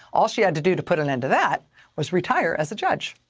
all she had to do to put an end to that was retire as a judge.